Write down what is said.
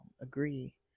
agree